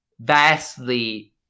vastly